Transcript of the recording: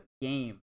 game